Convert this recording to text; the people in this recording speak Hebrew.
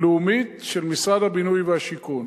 לאומית של משרד הבינוי והשיכון.